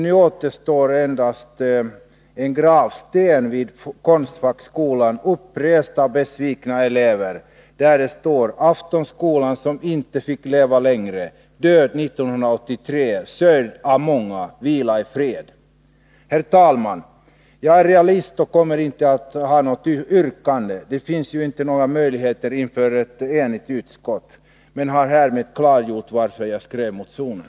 Nu återstår endast en gravsten vid konstfackskolan upprest av besvikna elever där det står: Aftonskolan som inte fick leva längre, död 1983, sörjd av många. Vila i frid. Herr talman! Jag är realist och kommer inte att framställa något yrkande — det finns ju inte några möjligheter till framgång mot ett enigt utskott — men jag har härmed klargjort varför jag skrev motionen.